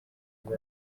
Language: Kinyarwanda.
uku